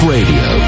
Radio